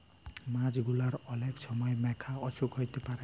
মাছ গুলার অলেক ছময় ম্যালা অসুখ হ্যইতে পারে